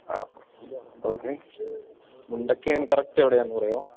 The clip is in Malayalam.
ആ ഓക്കെ മുണ്ടക്കയം കറക്റ്റെവിടെയാണെന്നു പറയുമോ